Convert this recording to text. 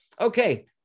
Okay